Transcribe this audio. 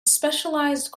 specialized